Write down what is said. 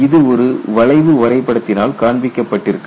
இது ஒரு வளைவு வரைபடத்தினால் காண்பிக்க பட்டிருக்கும்